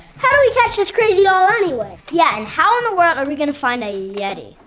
how do we catch this crazy doll, anyway? yeah, and how in the world are we gonna find a yeti?